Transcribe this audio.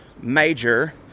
major